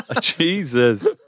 Jesus